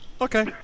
okay